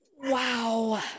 Wow